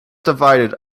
divided